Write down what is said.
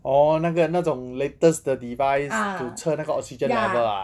orh 那个那种 latest 的 device to 测那个 oxygen level ah